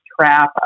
trap